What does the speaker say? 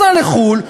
סע לחו"ל,